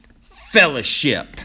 fellowship